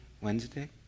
Wednesday